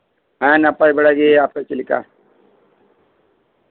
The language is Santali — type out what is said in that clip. ᱦᱮᱸ ᱱᱟᱯᱟᱭ ᱵᱟᱲᱟᱜᱮ ᱟᱯᱮ ᱜᱮ ᱪᱮᱫ ᱞᱮᱠᱟ